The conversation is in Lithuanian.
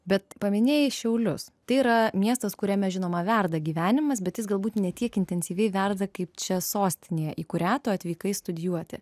bet paminėjai šiaulius tai yra miestas kuriame žinoma verda gyvenimas bet jis galbūt ne tiek intensyviai verda kaip čia sostinėje į kurią tu atvykai studijuoti